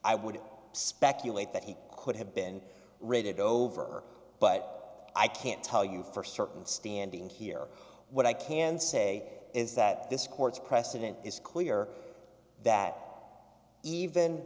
i would speculate that he could have been rated over but i can't tell you for certain standing here what i can say is that this court's precedent is clear that even